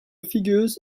figures